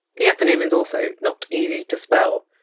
the eponym is also not easy to spell.